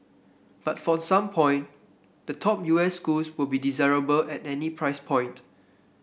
but for some point the top U S schools will be desirable at any price point